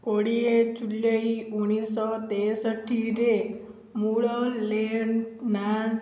କୋଡ଼ିଏ ଜୁଲାଇ ଉଣେଇଶି ଶହ ତେଷଠିରେ ମୂଳଲେନାଟ୍